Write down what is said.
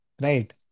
right